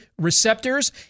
receptors